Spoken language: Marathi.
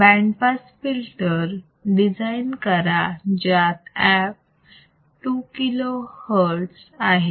बँड पास फिल्टर डिझाईन करा जात f o 2 kilo hertz आहे